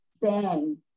bang